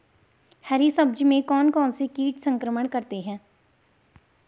हरी सब्जी में कौन कौन से कीट संक्रमण करते हैं?